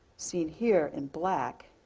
seen here in black,